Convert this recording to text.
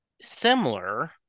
similar